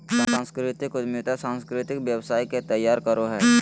सांस्कृतिक उद्यमिता सांस्कृतिक व्यवसाय के तैयार करो हय